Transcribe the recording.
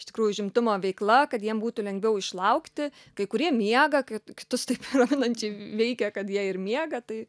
iš tikrųjų užimtumo veikla kad jiem būtų lengviau išlaukti kai kurie miega kai kitus taip raminančiai veikia kad jie ir miega tai